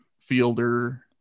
Fielder